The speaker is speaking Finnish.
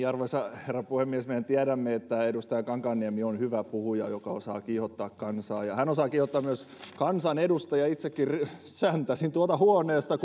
arvoisa herra puhemies mehän tiedämme että edustaja kankaanniemi on hyvä puhuja joka osaa kiihottaa kansaa ja hän osaa kiihottaa myös kansanedustajia itsekin säntäsin tuolta huoneestani